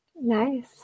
nice